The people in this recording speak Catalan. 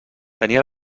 tenia